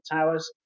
Towers